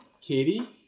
Katie